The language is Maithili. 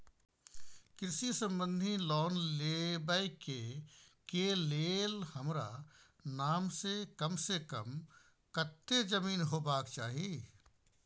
कृषि संबंधी लोन लेबै के के लेल हमरा नाम से कम से कम कत्ते जमीन होबाक चाही?